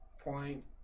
point